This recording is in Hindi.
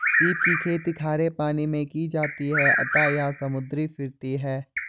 सीप की खेती खारे पानी मैं की जाती है अतः यह समुद्री फिरती है